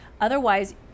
otherwise